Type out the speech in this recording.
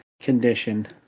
condition